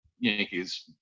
Yankees